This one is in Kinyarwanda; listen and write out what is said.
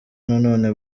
nanone